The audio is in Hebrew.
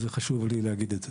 זה חשוב לי להגיד את זה.